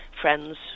friends